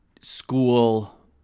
school